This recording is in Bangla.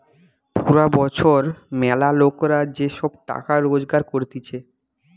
পুরা বছর ম্যালা লোকরা যে সব টাকা রোজগার করতিছে